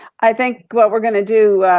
i think what we're gonna do,